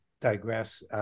digress